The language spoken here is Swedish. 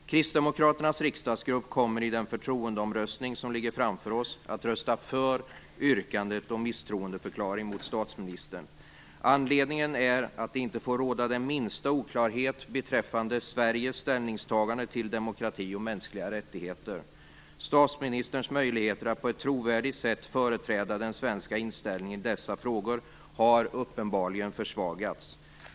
Kristdemokraternas riksdagsgrupp kommer i den förtroendeomröstning som ligger framför oss att rösta för yrkandet om misstroendeförklaring mot statsministern. Anledningen är att det inte får råda den minsta oklarhet beträffande Sveriges ställningstagande till demokrati och mänskliga rättigheter. Statsministerns möjligheter att på ett trovärdigt sätt företräda den svenska inställningen i dessa frågor har uppenbarligen försvagats.